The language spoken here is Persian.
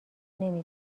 نمی